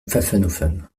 pfaffenhoffen